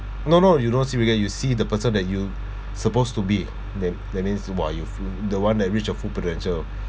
no no you don't see because you see the person that you supposed to be that that means who are you full the one that reach your full potential